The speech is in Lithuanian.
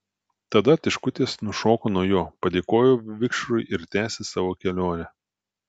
tada tiškutės nušoko nuo jo padėkojo vikšrui ir tęsė savo kelionę